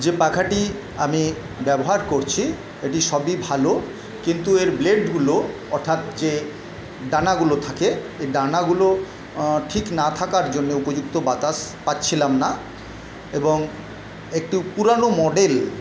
যে পাখাটি আমি ব্যবহার করছি এটির সবই ভালো কিন্তু এর ব্লেডগুলো অর্থাৎ যে ডানাগুলো থাকে এ ডানাগুলো ঠিক না থাকার জন্যে উপযুক্ত বাতাস পাচ্ছিলাম না এবং একটু পুরানো মডেল